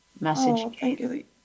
message